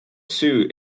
sioux